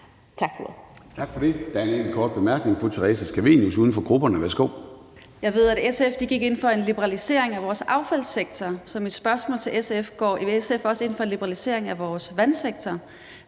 Tak for det.